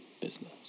business